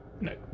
no